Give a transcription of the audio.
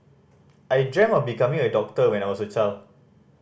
I dreamt of becoming a doctor when I was a child